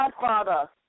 Godfather